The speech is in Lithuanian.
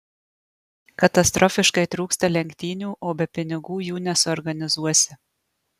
katastrofiškai trūksta lenktynių o be pinigų jų nesuorganizuosi